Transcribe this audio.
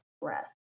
breath